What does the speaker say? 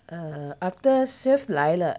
err after swift 来了